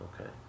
Okay